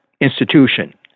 institution